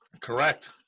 Correct